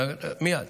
מייד,